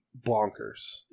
bonkers